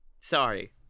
Sorry